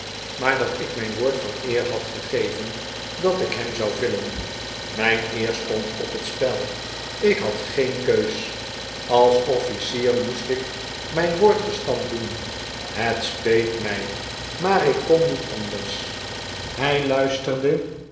maar dat ik mijn woord van eer had gegeven dat ik hem zou villen mijn eer stond op het spel ik had geen keus als officier moest ik mijn woord gestand doen het speet mij maar ik kon niet anders hij luisterde